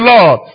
Lord